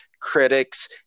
critics